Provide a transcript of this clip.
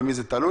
במי זה תלוי?